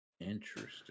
Interesting